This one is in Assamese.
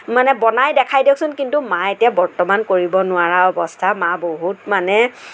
মানে বনাই দেখাই দিয়কচোন কিন্তু মা এতিয়া বৰ্তমান কৰিব নোৱাৰা অৱস্থা মা বহুত মানে